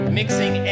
mixing